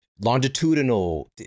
longitudinal